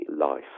life